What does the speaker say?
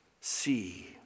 see